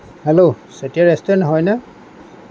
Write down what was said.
hello চেতিয়া restaurant হয় নে